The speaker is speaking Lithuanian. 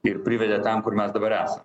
ir privedė ten kur mes dabar esam